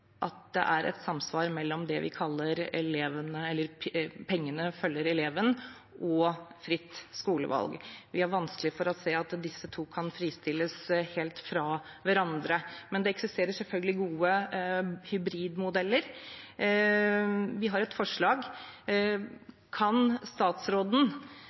at det er et samsvar mellom det vi kaller at pengene følger eleven, og fritt skolevalg. Vi har vanskelig for å se at disse to kan fristilles helt fra hverandre. Men det eksisterer selvfølgelig gode hybridmodeller. Vi har et forslag. Kan statsråden